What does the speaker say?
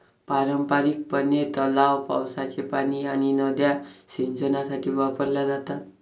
पारंपारिकपणे, तलाव, पावसाचे पाणी आणि नद्या सिंचनासाठी वापरल्या जातात